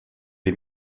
die